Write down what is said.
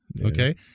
Okay